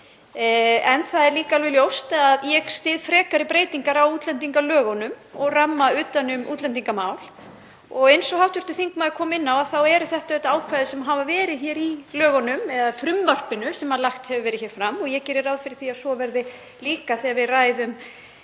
En það er líka alveg ljóst að ég styð frekari breytingar á útlendingalögunum og ramma utan um útlendingamál. Eins og hv. þingmaður kom inn á þá eru þetta ákvæði sem hafa verið í lögunum, eða frumvarpinu sem lagt hefur verið fram og ég geri ráð fyrir því að svo verði líka þegar við ræðum